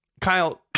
Kyle